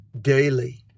daily